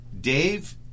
DAVE